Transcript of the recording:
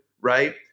right